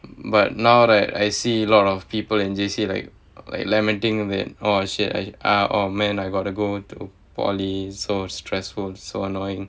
but now that I see lot of people in J_C like like lamenting that oh shit ah orh man I got to go to polytechnic so stressful so annoying